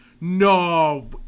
No